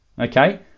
okay